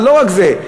אבל לא רק זה,